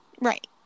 Right